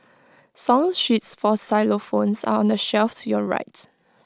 song sheets for xylophones are on the shelves your right